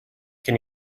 can